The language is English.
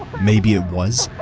maybe it was.